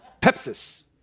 Pepsis